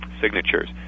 signatures